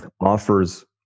offers